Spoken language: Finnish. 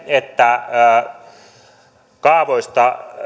että kaavoista